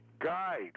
guide